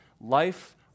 life